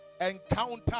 encounter